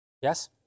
Yes